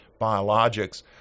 biologics